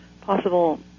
possible